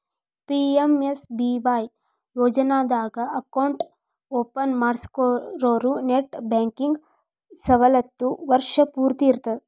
PMSBY ಯೋಜನಾದಾಗ account open ಮಾಡ್ಸಿರೋರು net banking ಸವಲತ್ತು ವರ್ಷ್ ಪೂರ್ತಿ ಇರತ್ತ